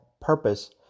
Purpose